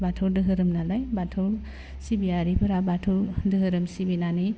बाथौ दोहोरोम नालाय बाथौ सिबियारिफोरा बाथौ दोहोरोम सिबिनानै